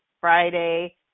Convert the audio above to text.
Friday